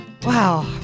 Wow